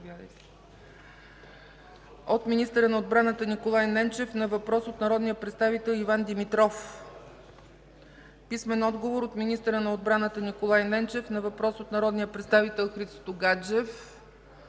- министъра на отбраната Николай Ненчев на въпрос от народния представител Иван Димитров; - министъра на отбраната Николай Ненчев на въпрос от народния представител Христо Гаджев;